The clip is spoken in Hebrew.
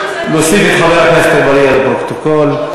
נוסיף את חבר הכנסת אגבאריה לפרוטוקול.